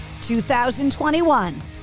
2021